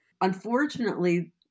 unfortunately